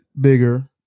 bigger